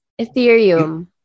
Ethereum